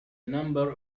number